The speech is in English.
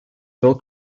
phil